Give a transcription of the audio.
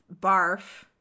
barf